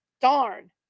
Darn